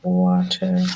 water